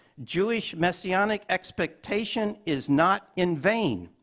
jewish messianic expectation is not in vain.